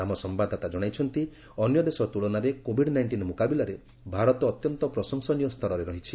ଆମ ସମ୍ଭାଦଦାତା ଜଣାଇଛନ୍ତି ଅନ୍ୟ ଦେଶ ତୁଳନାରେ କୋଭିଡ୍ ନାଇଷ୍ଟିନ୍ ମୁକାବିଲାରେ ଭାରତ ଅତ୍ୟନ୍ତ ପ୍ରଶଂସନୀୟ ସ୍ତରରେ ରହିଛି